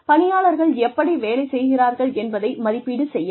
பணியாளர்கள் எப்படி வேலை செய்கிறார்கள் என்பதை மதிப்பீடு செய்ய வேண்டும்